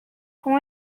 com